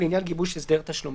לעניין גיבוש הסדר תשלומים."